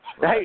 Hey